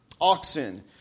oxen